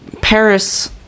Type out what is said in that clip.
Paris